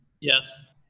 yes.